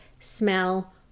smell